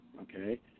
okay